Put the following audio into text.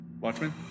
Watchmen